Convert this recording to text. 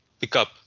pickup